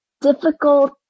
difficult